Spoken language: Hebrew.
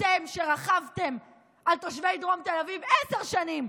אתם שרכבתם על תושבי דרום תל אביב עשר שנים,